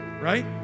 right